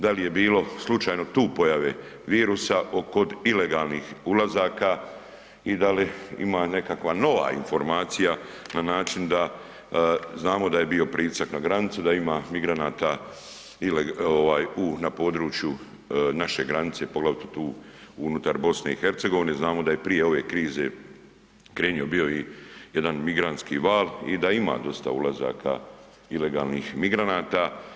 Da li je bilo slučajno tu pojave virusa kod ilegalnih ulazaka i da li ima nekakva nova informacija na način da, znamo da je bio pritisak na granicu, da ima migranata u na području naše granice, poglavito tu unutar BiH, znamo da je prije ove krize krenuo bio i jedan migrantski val i da ima dosta ulazaka ilegalnih migranata.